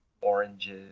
oranges